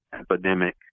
epidemic